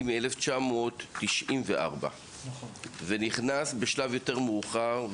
מ-1994, ונכנס בשלב יותר מאוחר.